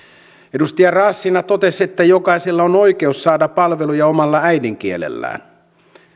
edustaja raassina totesi että jokaisella on oikeus saada palveluja omalla äidinkielellään